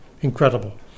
incredible